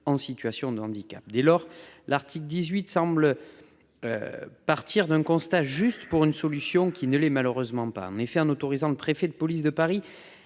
en situation de handicap. Dès lors, l'article 18 semble. Partir d'un constat juste pour une solution qui ne les malheureusement pas en effet en autorisant le préfet de police de Paris